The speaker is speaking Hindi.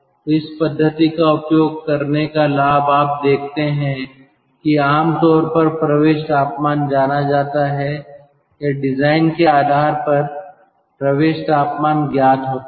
तो इस पद्धति का उपयोग करने का लाभ आप देखते हैं कि आम तौर पर प्रवेश तापमान जाना जाता है या डिजाइन के आधार पर प्रवेश तापमान ज्ञात होता है